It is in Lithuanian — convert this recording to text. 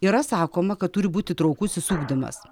yra sakoma kad turi būti įtraukusis ugdymas